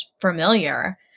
familiar